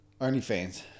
OnlyFans